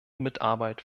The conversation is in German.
mitarbeit